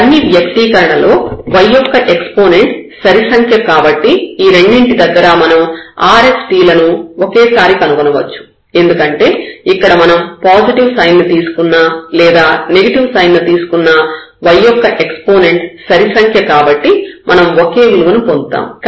ఈ అన్ని వ్యక్తీకరణలలో y యొక్క ఎక్సపోనెంట్ సరి సంఖ్య కాబట్టి ఈ రెండింటి దగ్గరా మనం r s t లను ఒకేసారి కనుగొనవచ్చు ఎందుకంటే ఇక్కడ మనం పాజిటివ్ సైన్ ను తీసుకున్నా లేదా నెగెటివ్ సైన్ ను తీసుకున్నా y యొక్క ఎక్సపోనెంట్ సరి సంఖ్య కాబట్టి మనం ఒకే విలువను పొందుతాము